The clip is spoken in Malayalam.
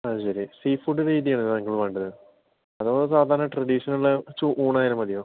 അത് ശരി സീഫുഡ് രീതി ആണോ താങ്കൾക്ക് വേണ്ടത് അതോ സാധാരണ ട്രഡീഷണൽ ഊണായാലും മതിയോ